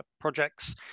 projects